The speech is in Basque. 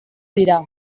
dira